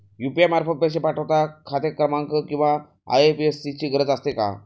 UPI मार्फत पैसे पाठवता खाते क्रमांक किंवा आय.एफ.एस.सी ची गरज असते का?